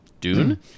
Dune